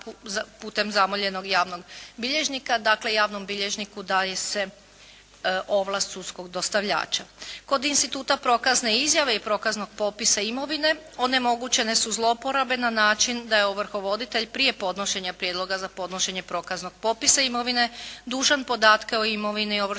putem zamoljenog javnog bilježnika. Dakle, javnom bilježniku daje se ovlast sudskog dostavljača. Kod instituta prokazne izjave i prokaznog popisa imovine onemogućene su zlouporabe na način da je ovrhovoditelj prije podnošenja prijedloga za podnošenje prokaznog popisa imovina dužan podatke o imovini ovršenika